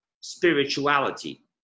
spirituality